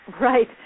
Right